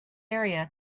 area